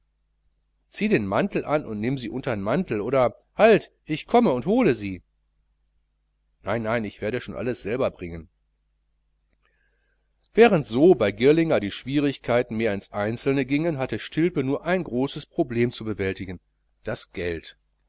zieh den mantel an und nimm sie untern mantel oder halt ich komme und hole sie nein nein ich werde schon alles selber bringen während so bei girlinger die schwierigkeiten mehr ins einzelne gingen hatte stilpe nur ein großes problem zu bewältigen das geld